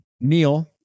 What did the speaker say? Neil